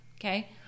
okay